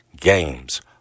games